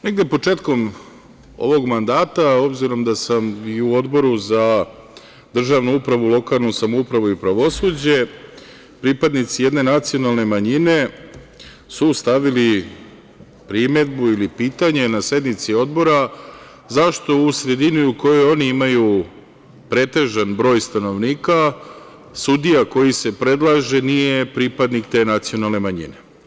Negde početkom ovog mandata, obzirom da sam i u Odboru za državnu upravu, lokalnu samoupravu i pravosuđe, pripadnici jedne nacionalne manjine su stavili primedbu ili pitanje na sednici Odbora zašto u sredini u kojoj oni imaju pretežan broj stanovnika, sudija koji se predlaže nije pripadnik te nacionalne manjine.